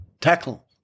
tackle